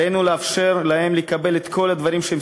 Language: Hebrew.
עלינו לאפשר להם לקבל את כל הדברים שהם